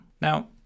Now